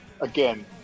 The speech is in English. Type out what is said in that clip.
again